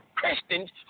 Christians